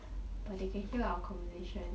but they can hear our conversation